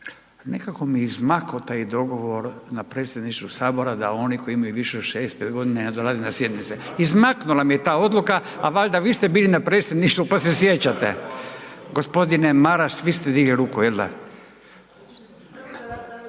Nekako mi izmako taj dogovor na predsjedništvu sabora da oni koji imaju više od 65.g. da ne dolaze na sjednice, izmaknula mi je ta odluka, a valjda vi ste bili na predsjedništvu, pa se sjećate. g. Maras, vi ste digli ruku, jel